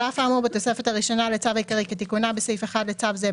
על אף האמור בתוספת הראשונה לצו העיקרי כתיקונה בסעיף 1 לצו זה,